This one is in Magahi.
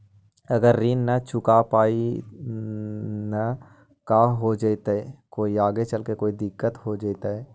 अगर ऋण न चुका पाई न का हो जयती, कोई आगे चलकर कोई दिलत हो जयती?